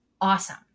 awesome